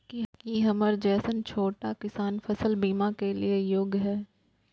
की हमर जैसन छोटा किसान फसल बीमा के लिये योग्य हय?